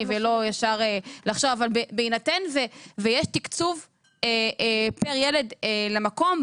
אבל בהינתן ויש תקצוב פר ילד למקום,